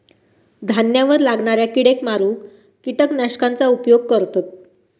धान्यावर लागणाऱ्या किडेक मारूक किटकनाशकांचा उपयोग करतत